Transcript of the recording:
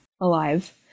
alive